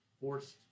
forced